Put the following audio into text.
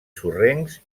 sorrencs